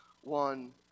one